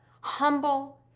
humble